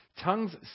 Tongues